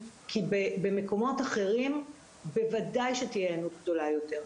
כי במקומות אחרים בוודאי שתהיה היענות גדולה יותר.